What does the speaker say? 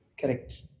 Correct